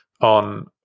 on